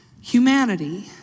humanity